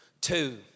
Two